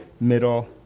middle